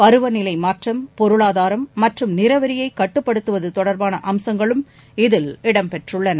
பருவநிலை மாற்றம் பொருளாதாரம் மற்றும் நிறவெறியைக் கட்டுப்படுத்துவது தொடர்பான அம்சங்களும் இதில் இடம் பெற்றுள்ளன